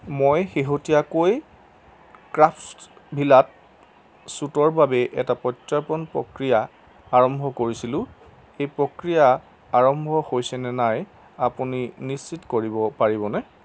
মই শেহতীয়াকৈ ক্ৰাফ্টছভিলাত ছুটৰ বাবে এটা প্ৰত্য়াৰ্পণ প্ৰক্ৰিয়া আৰম্ভ কৰিছিলোঁ এই প্ৰক্ৰিয়া আৰম্ভ হৈছে নে নাই আপুনি নিশ্চিত কৰিব পাৰিবনে